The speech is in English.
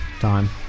time